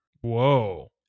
whoa